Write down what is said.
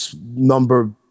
number